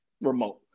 remote